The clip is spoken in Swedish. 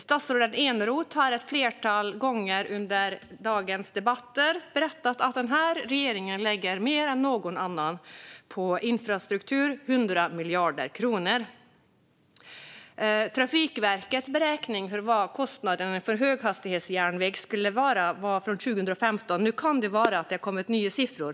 Statsrådet Eneroth har ett flertal gånger under dagens debatter berättat att den här regeringen lägger mer än någon annan på infrastruktur, 100 miljarder kronor. Trafikverkets beräkning av vad kostnaden för höghastighetsjärnväg skulle vara är från 2015. Nu kan det ha kommit nya siffror.